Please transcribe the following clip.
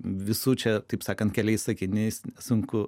visų čia taip sakant keliais sakiniais sunku